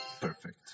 perfect